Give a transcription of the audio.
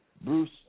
Bruce